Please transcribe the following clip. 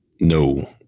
No